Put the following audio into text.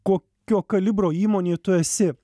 kokio kalibro įmonė tu esi